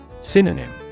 Synonym